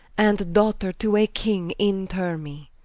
and daughter to a king enterre me.